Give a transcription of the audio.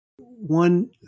One